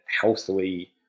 healthily